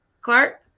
clark